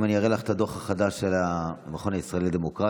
אם אני אראה לך את הדוח החדש של המכון הישראלי לדמוקרטיה,